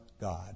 God